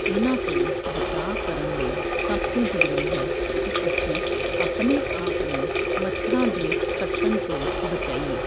ਇਹਨਾਂ ਤੋਂ ਬਚਾਅ ਕਰਨ ਲਈ ਸਭ ਤੋਂ ਜ਼ਰੂਰੀ ਹੈ ਕਿ ਅਸੀਂ ਆਪਣੇ ਆਪ ਨੂੰ ਮੱਛਰਾਂ ਦੇ ਕੱਟਣ ਤੋਂ ਬਚਾਈਏ